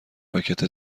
راکت